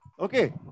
Okay